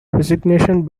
resignation